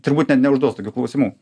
turbūt net neužduos tokių klausimų